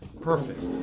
perfect